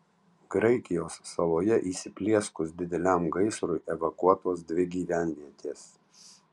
graikijos saloje įsiplieskus dideliam gaisrui evakuotos dvi gyvenvietės